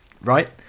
right